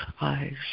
eyes